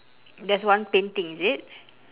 there's one painting is it